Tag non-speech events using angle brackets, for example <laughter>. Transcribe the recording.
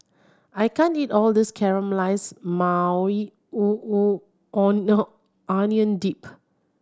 I can't eat all this Caramelized Maui <unintelligible> Onion Dip